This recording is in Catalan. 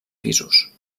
pisos